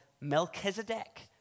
Melchizedek